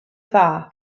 dda